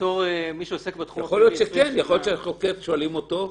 בתור מי שעוסק -- יכול להיות ששואלים את החוקר.